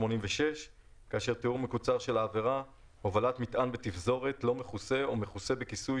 86 הובלת מטען בתפזורת לא מכוסה או מכוסה בכיסוי